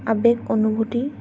আৱেগ অনুভূতি